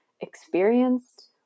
experienced